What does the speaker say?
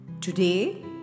Today